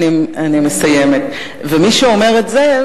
למי שאומר את זה,